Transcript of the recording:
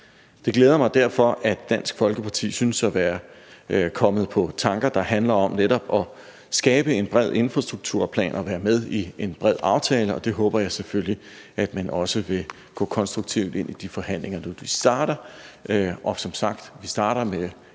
Det glæder mig derfor, at Dansk Folkeparti synes at være kommet på tanker, der netop handler om at skabe en bred infrastrukturplan og være med i en bred aftale, og jeg håber selvfølgelig, at man også vil gå konstruktivt ind i de forhandlinger, når de starter. Som sagt starter vi med